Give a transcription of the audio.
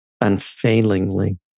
unfailingly